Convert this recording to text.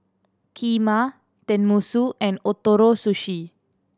Kheema Tenmusu and Ootoro Sushi